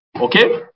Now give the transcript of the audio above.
okay